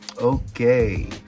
Okay